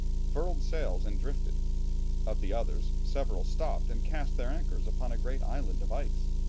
furled sails and drifted of the others, several stopped and cast their anchors upon a great island of ice.